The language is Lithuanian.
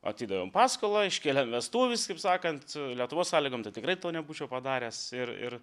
atidavėm paskolą iškėlėm vestuves kaip sakant lietuvos sąlygom tai tikrai to nebūčiau padaręs ir ir